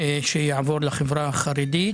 שיעבור לחברה החרדית,